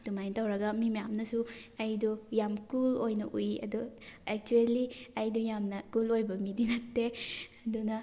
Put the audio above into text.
ꯑꯗꯨꯃꯥꯏꯅ ꯇꯧꯔꯒ ꯃꯤ ꯃꯌꯥꯝꯅꯁꯨ ꯑꯩꯗꯣ ꯌꯥꯝ ꯀꯨꯜ ꯑꯣꯏꯅ ꯎꯏ ꯑꯗꯣ ꯑꯦꯛꯆꯨꯋꯦꯜꯂꯤ ꯑꯩꯗꯣ ꯌꯥꯝꯅ ꯀꯨꯜ ꯑꯣꯏꯕ ꯃꯤꯗꯤ ꯅꯠꯇꯦ ꯑꯗꯨꯅ